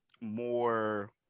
more